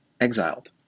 exiled